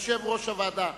יושב-ראש הוועדה.